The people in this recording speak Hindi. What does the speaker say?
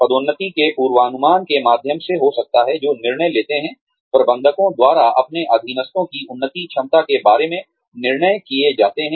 पदोन्नति के पूर्वानुमान के माध्यम से हो सकता है जो निर्णय लेते हैं प्रबंधकों द्वारा अपने अधीनस्थों की उन्नति क्षमता के बारे में निर्णय किए जाते हैं